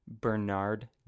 Bernard